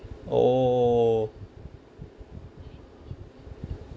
oh